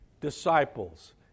disciples